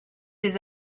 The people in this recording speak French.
des